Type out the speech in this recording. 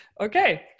Okay